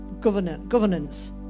governance